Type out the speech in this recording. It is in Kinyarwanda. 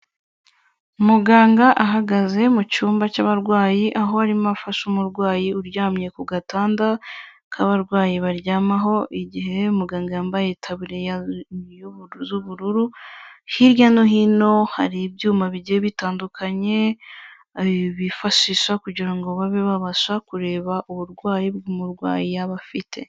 Muganga ahagaze mu cyumba cy'abarwayi, aho arimo afasha umurwayi uryamye ku gatanda k'abarwayi baryamaho igihe muganga yambaye itaburiya y'ubururu, hirya no hino hari ibyuma bigiye bitandukanye bifashisha kugira ngo babe babasha kureba uburwayi bw'umurwayi yaba afite.